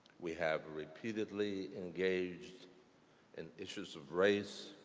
we have repeatedly engaged and issues of race,